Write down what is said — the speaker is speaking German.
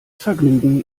vergnügen